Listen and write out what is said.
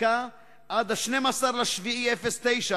מדובר ב"קוטרים".